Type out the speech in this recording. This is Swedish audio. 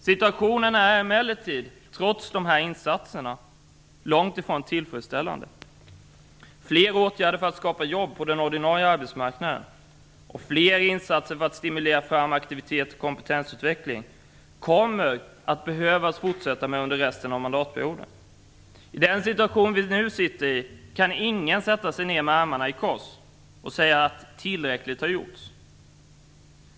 Situationen är emellertid, trots dessa insatser, långt ifrån tillfredsställande. Fler åtgärder för att skapa jobb på den ordinarie arbetsmarknaden och fler insatser för att stimulera fram aktivitet och kompetensutveckling kommer att behöva fortsätta under resten av mandatperioden. I den situation vi nu sitter i kan ingen sätta sig ner med armarna i kors och säga att tillräckligt har gjorts.